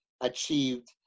achieved